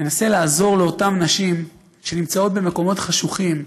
ננסה לעזור לאותן נשים שנמצאות במקומות חשוכים,